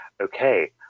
okay